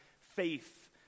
faith